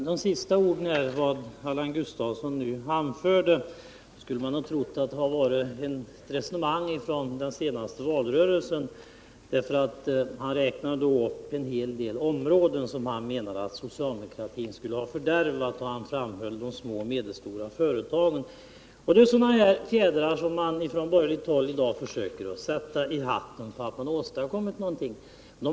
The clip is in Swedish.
Herr talman! Den sista delen av Allan Gustafssons anförande skulle man kunna tro var ett resonemang från den senaste valrörelsen, för han räknade upp en hel del områden som han menade att socialdemokratin hade fördärvat. Han framhöll i det sammanhanget de små och medelstora företagen. Det är sådana fjädrar som borgerligheten i dag försöker sätta i hatten för att visa att den åstadkommit någonting.